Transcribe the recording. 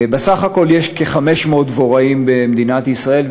בסך הכול יש כ-500 דבוראים במדינת ישראל,